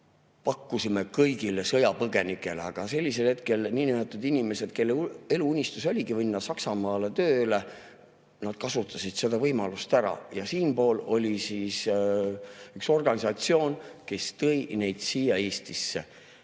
pakkusime kõigile sõjapõgenikele [abi]. Aga sellisel hetkel inimesed, kelle eluunistus oligi minna Saksamaale tööle, kasutasid seda võimalust ära ja siinpool oli üks organisatsioon, kes tõi neid siia Eestisse.